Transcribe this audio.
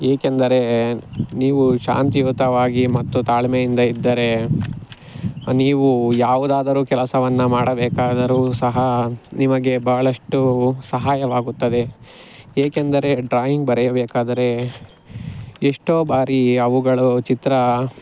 ಏಕೆಂದರೆ ನೀವು ಶಾಂತಿಯುತವಾಗಿ ಮತ್ತು ತಾಳ್ಮೆಯಿಂದ ಇದ್ದರೆ ನೀವು ಯಾವುದಾದರು ಕೆಲಸವನ್ನು ಮಾಡಬೇಕಾದರೂ ಸಹ ನಿಮಗೆ ಬಹಳಷ್ಟು ಸಹಾಯವಾಗುತ್ತದೆ ಏಕೆಂದರೆ ಡ್ರಾಯಿಂಗ್ ಬರೆಯಬೇಕಾದರೆ ಎಷ್ಟೋ ಬಾರಿ ಅವುಗಳು ಚಿತ್ರ